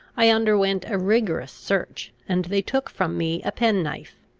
i underwent a rigorous search, and they took from me a penknife,